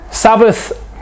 Sabbath